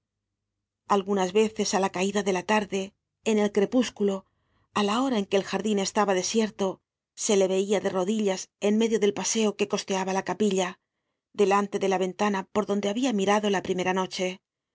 algunas veces á la caida de la tarde en el crepúsculo á la hora en que el jardin estaba desierto se le veia de rodillas en medio del paseo que costeaba la capilla delante de la ventana por donde habia mirado la primera noche